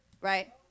right